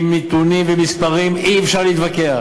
עם נתונים ומספרים אי-אפשר להתווכח.